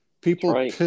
People